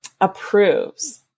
approves